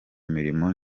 mirimo